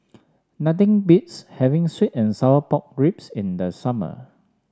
nothing beats having sweet and Sour Pork Ribs in the summer